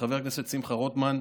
חבר הכנסת שמחה רוטמן,